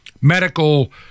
medical